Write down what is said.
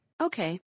Okay